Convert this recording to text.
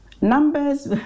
numbers